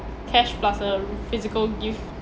cash plus a physical gift